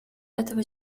этого